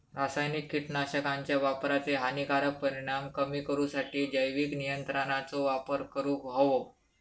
रासायनिक कीटकनाशकांच्या वापराचे हानिकारक परिणाम कमी करूसाठी जैविक नियंत्रणांचो वापर करूंक हवो